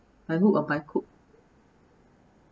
by hook or by crook